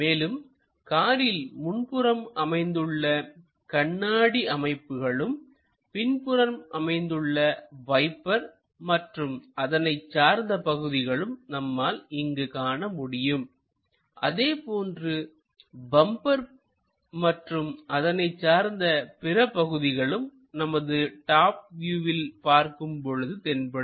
மேலும் காரில் முன்புறம் அமைந்துள்ள கண்ணாடி அமைப்புகளும் பின்புறம் அமைந்துள்ள வைப்பர் மற்றும் அதனைச் சார்ந்த பகுதிகளும் நம்மால் இங்கு காண முடியும் அதேபோன்று பம்பர் பகுதி மற்றும் அதனைச் சார்ந்த பிற பகுதிகளும் நமது டாப் வியூவில் பார்க்கும் பொழுது தென்படும்